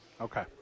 Okay